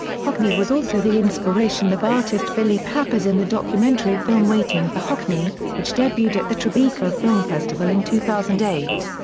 hockney was also the inspiration of artist billy pappas in the documentary film waiting for hockney, which debuted at the tribeca film festival in two thousand and eight.